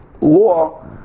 law